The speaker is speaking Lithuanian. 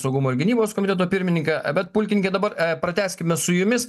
saugumo ir gynybos komiteto pirmininką bet pulkininke dabar pratęskime su jumis